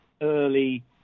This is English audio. early